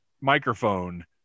microphone